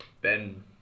Ben